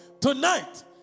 Tonight